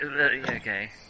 Okay